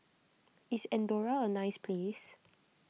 is andorra a nice place